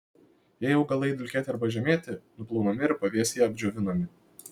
jei augalai dulkėti arba žemėti nuplaunami ir pavėsyje apdžiovinami